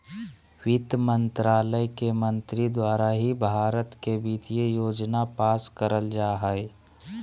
वित्त मन्त्रालय के मंत्री द्वारा ही भारत के वित्तीय योजना पास करल जा हय